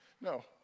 no